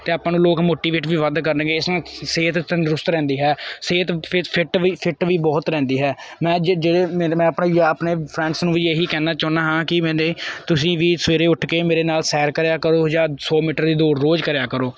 ਅਤੇ ਆਪਾਂ ਨੂੰ ਲੋਕ ਮੋਟੀਵੇਟ ਵੀ ਵੱਧ ਕਰਨਗੇ ਇਸ ਨਾਲ ਸਿਹਤ ਤੰਦਰੁਸਤ ਰਹਿੰਦੀ ਹੈ ਸਿਹਤ ਫਿੱਟ ਵੀ ਫਿੱਟ ਵੀ ਬਹੁਤ ਰਹਿੰਦੀ ਹੈ ਮੈਂ ਜੇ ਜਿਹੜੇ ਮੇਰੇ ਮੈਂ ਆਪਣੇ ਯਾਰ ਆਪਣੇ ਫਰੈਂਡਸ ਨੂੰ ਵੀ ਇਹ ਹੀ ਕਹਿਣਾ ਚਾਹੁੰਦਾ ਹਾਂ ਕਿ ਮੈਨੇ ਤੁਸੀਂ ਵੀ ਸਵੇਰੇ ਉੱਠ ਕੇ ਮੇਰੇ ਨਾਲ ਸੈਰ ਕਰਿਆ ਕਰੋ ਜਾਂ ਸੌ ਮੀਟਰ ਦੀ ਦੌੜ ਰੋਜ਼ ਕਰਿਆ ਕਰੋ